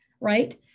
right